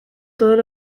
todos